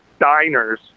diners